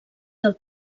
del